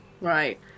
Right